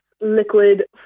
liquid